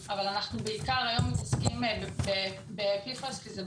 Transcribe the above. אנחנו מתעסקים היום בעיקר ב-PFOS כי זו